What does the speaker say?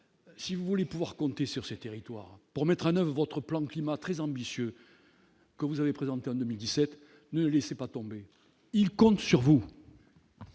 si vous voulez pouvoir compter sur ces territoires, pour mettre un à votre plan climat très ambitieux que vous avez présenté en 2017, ne laissez pas tomber, il compte sur vous.